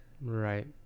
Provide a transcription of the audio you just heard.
Right